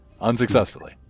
unsuccessfully